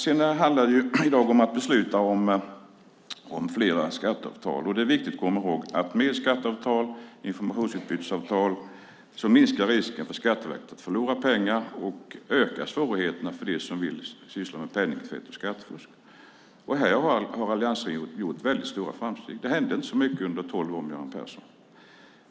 Det handlar i dag om att besluta om fler skatteavtal. Det är viktigt att komma ihåg att med skatteavtal och informationsutbytesavtal så minskar risken för Skatteverket att förlora pengar och ökar svårigheterna för dem som vill syssla med penningtvätt och skattefusk. Här har Alliansen gjort väldigt stora framsteg. Det hände inte så mycket under tolv år med Göran Persson.